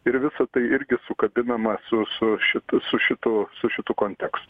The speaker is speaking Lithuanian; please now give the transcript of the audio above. ir visa tai irgi sukabinama su su šitu su šitu su šitu kontekstu